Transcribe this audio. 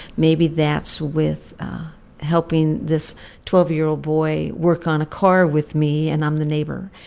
maybe that's with helping this twelve year old boy work on a car with me, and i'm the neighbor.